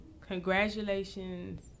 congratulations